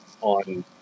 on